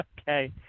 Okay